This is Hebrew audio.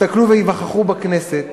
הסתכלו והיווכחו בכנסת,